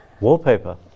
Wallpaper